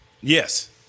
Yes